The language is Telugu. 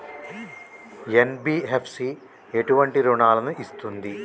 ఎన్.బి.ఎఫ్.సి ఎటువంటి రుణాలను ఇస్తుంది?